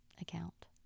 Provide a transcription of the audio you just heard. account